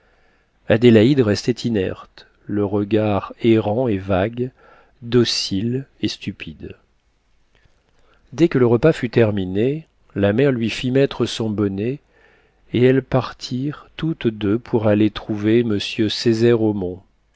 adélaïde restait inerte le regard errant et vague docile et stupide dès que le repas fut terminé la mère lui fit mettre son bonnet et elles partirent toutes deux pour aller trouver m césaire omont